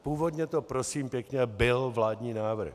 Původně to prosím pěkně byl vládní návrh.